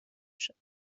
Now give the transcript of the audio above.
شدم